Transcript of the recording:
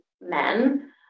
men